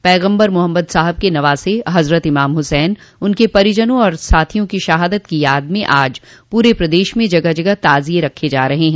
पैगम्बर मोहम्मद साहब के नवासे हज़रत इमाम हुसैन उनके परिजनों और साथियों की शहादत की याद में आज पूरे प्रदेश में जगह जगह ताज़िये रखे जा रहे हैं